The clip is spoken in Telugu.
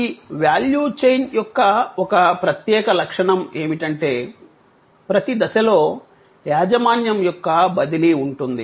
ఈ వాల్యూ చైన్ యొక్క ఒక ప్రత్యేక లక్షణం ఏమిటంటే ప్రతి దశలో యాజమాన్యం యొక్క బదిలీ ఉంటుంది